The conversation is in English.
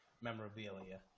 memorabilia